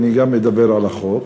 אדבר על החוק,